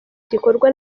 igakorwa